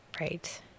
right